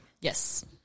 yes